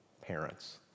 parents